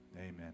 Amen